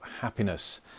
Happiness